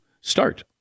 start